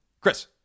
Chris